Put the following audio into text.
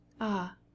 Ah